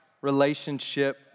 relationship